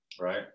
right